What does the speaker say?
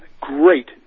great